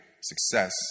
success